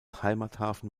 heimathafen